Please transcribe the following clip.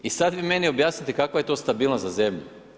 Sad vi meni objasnite kakva je to stabilnost za zemlju?